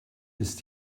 ist